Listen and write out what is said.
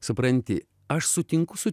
supranti aš sutinku su